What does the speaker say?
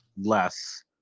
less